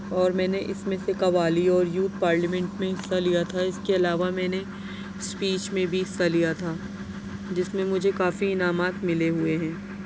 اور میں نے اس میں سے قوالی اور یوتھ پارلیمنٹ میں حصہ لیا تھا اس کے علاوہ میں نے اسپیچ میں بھی حصہ لیا تھا جس میں مجھے کافی انعامات ملے ہوئے ہیں